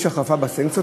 יש החרפה בסנקציות,